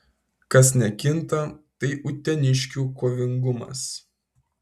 kas nekinta tai uteniškių kovingumas